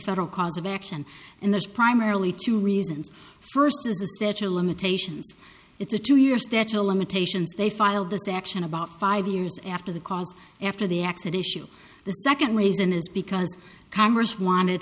federal cause of action and there's primarily two reasons first is the statute of limitations it's a two year statute of limitations they filed this action about five years after the calls after the accident issue the second reason is because congress wanted